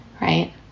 right